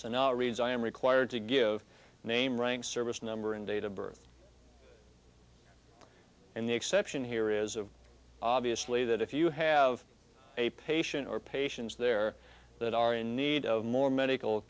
so now reads i am required to give name rank service number and date of birth and the exception here is of obviously that if you have a patient or patients there that are in need of more medical